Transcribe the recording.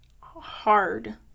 hard